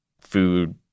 food